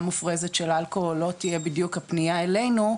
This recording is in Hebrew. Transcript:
מופרזת של אלכוהול לא תהיה בדיוק הפנייה אלינו,